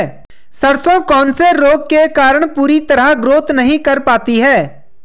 सरसों कौन से रोग के कारण पूरी तरह ग्रोथ नहीं कर पाती है?